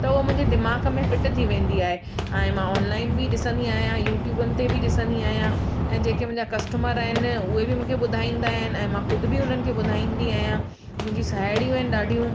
त हूअ मुंहिंजी दिमाग़ु में फिट थी वेंदी आहे ऐं मां ऑनलाइन बि ॾिसंदी आहियां यूट्यूबनि ते बि ॾिसंदी आहियां ऐं जेके मुंहिंजा कस्टमर आहिनि उहे बि मूंखे ॿुधाईंदा आहिनि ऐं मां खुदि बि उन्हनि खे ॿुधाईंदी आहियां मुंहिंजी साहेड़ियूं आहिनि ॾाढियूं